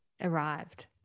arrived